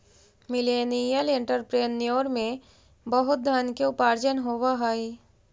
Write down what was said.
millennial entrepreneur में बहुत धन के उपार्जन होवऽ हई